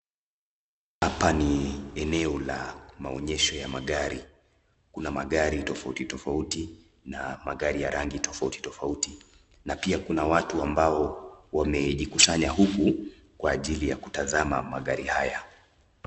Hapa ni eneo la maonyesho ya magari. Kuna magari tofauti tofauti na magari ya rangi tofauti tofauti na pia kuna watu ambao wamejikusanya huku kwa ajili ya kutazama magari haya.